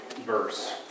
verse